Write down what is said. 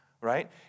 right